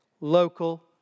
local